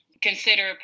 consider